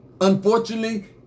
Unfortunately